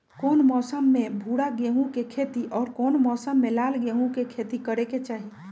कौन मौसम में भूरा गेहूं के खेती और कौन मौसम मे लाल गेंहू के खेती करे के चाहि?